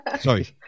Sorry